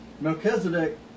Melchizedek